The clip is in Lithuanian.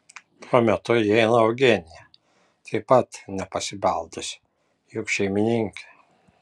tuo metu įeina eugenija taip pat nepasibeldusi juk šeimininkė